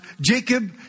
Jacob